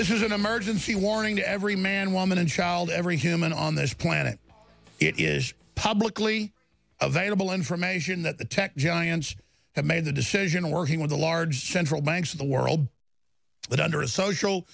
this is an emergency warning to every man woman and child every human on this planet it is publicly available information that the tech giants have made the decision working with a large central banks of the world but under a social